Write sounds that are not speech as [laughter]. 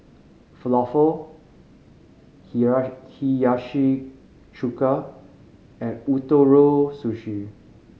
Falafel [unintelligible] Hiyashi Chuka and Ootoro Sushi